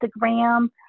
Instagram